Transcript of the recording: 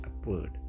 upward